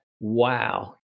wow